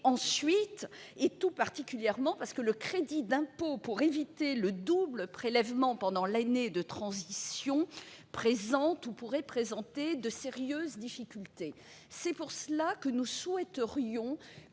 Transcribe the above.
enfin, et tout particulièrement, parce que le crédit d'impôt pour éviter le double prélèvement pendant l'année de transition pourrait présenter de sérieuses difficultés. Nous souhaiterions